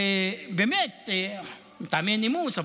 ובאמת מטעמי נימוס,